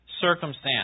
circumstance